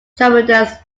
tremendous